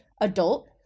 adult